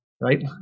right